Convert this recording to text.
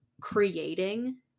creating